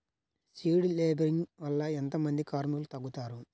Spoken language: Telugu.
సీడ్ లేంబింగ్ వల్ల ఎంత మంది కార్మికులు తగ్గుతారు?